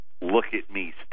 look-at-me